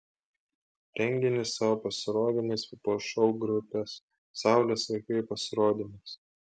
renginį savo pasirodymais papuoš šou grupės saulės vaikai pasirodymas